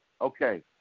Okay